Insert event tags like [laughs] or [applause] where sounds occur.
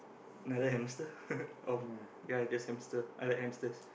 another hamster [laughs] of ya just hamster other hamsters